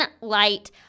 light